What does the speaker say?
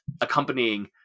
accompanying